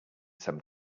some